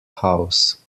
house